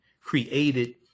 created